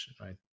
right